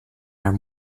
are